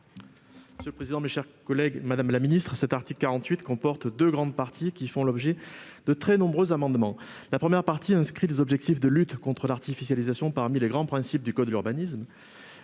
La parole est à M. le rapporteur pour avis. L'article 48 comporte deux grandes parties, qui font l'objet de très nombreux amendements. La première partie inscrit les objectifs de lutte contre l'artificialisation parmi les grands principes du code de l'urbanisme.